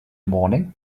morning